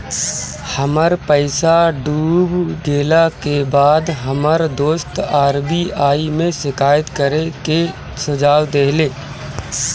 हमर पईसा डूब गेला के बाद हमर दोस्त आर.बी.आई में शिकायत करे के सुझाव देहले